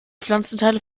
pflanzenteile